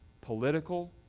political